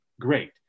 great